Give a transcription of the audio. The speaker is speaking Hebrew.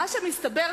מה שמסתבר,